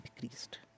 decreased